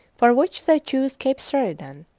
for which they chose cape sheridan,